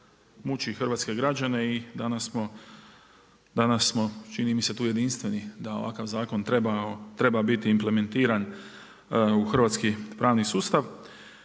muči hrvatske građane i danas smo čini mi se tu jedinstveni da ovakav zakon treba biti implementiran u hrvatski pravni sustav.